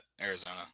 Arizona